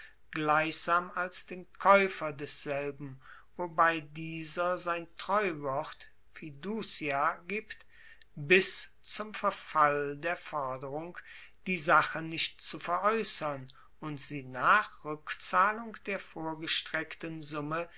gleichsam als den kaeufer desselben wobei dieser sein treuwort fiducia gibt bis zum verfall der forderung die sache nicht zu veraeussern und sie nach rueckzahlung der vorgestreckten summe